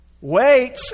wait